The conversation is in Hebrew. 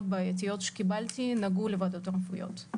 בעייתיות שקיבלתי נגעו לוועדות הרפואיות.